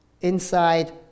inside